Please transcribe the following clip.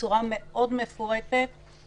הפרות זכויות אדם